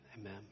Amen